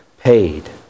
paid